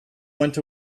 went